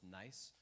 nice